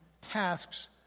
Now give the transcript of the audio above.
tasks